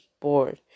bored